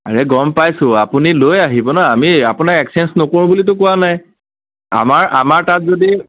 আৰে গম পাইছোঁ আপুনি লৈ আহিব না আমি আপোনাক একচেঞ্জ নকৰোঁ বুলিতো কোৱা নাই আমাৰ আমাৰ তাত যদি